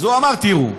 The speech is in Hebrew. אז הוא אמר: תראו,